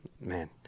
man